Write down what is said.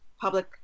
public